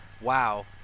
wow